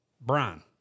Brian